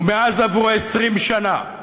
ומאז עברו 20 שנה,